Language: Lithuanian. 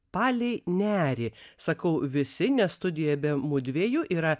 palei nerį sakau visi nes studijoje be mudviejų yra